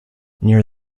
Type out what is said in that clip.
near